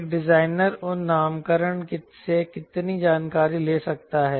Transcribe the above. एक डिजाइनर उन नामकरण से कितनी जानकारी ले सकता है